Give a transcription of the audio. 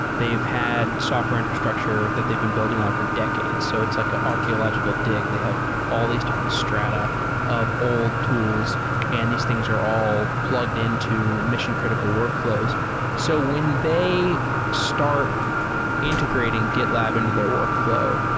they've had software infrastructure that they've been building on for decades. so it's like an archaeological dig. they have all these different strata of old tools and these things are all plugged into mission-critical workfl ows. so when they start integrating gitlab into their workflow,